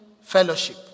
fellowship